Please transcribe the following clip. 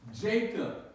Jacob